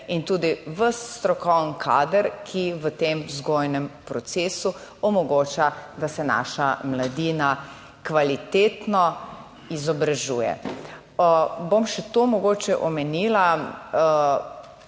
in tudi ves strokoven kader, ki v tem vzgojnem procesu omogoča, da se naša mladina kvalitetno izobražuje. Bom še to mogoče omenila.